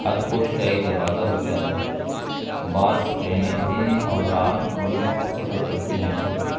ہر coach کا ایک دروازہ ہوتا ہے بعض ٹرینیں دن اور رات دونوں وقت سفر کرتی ہیں